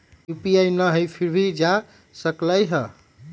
UPI न हई फिर भी जा सकलई ह?